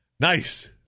Nice